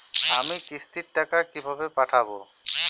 আমি কিস্তির টাকা কিভাবে পাঠাব?